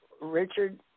Richard